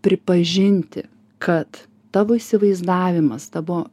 pripažinti kad tavo įsivaizdavimas tavo